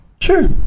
Sure